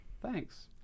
Thanks